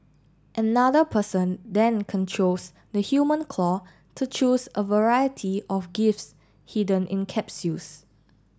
another person then controls the human claw to choose a variety of gifts hidden in capsules